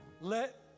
Let